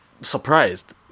surprised